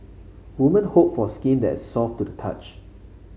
woman hope for skin that soft to the touch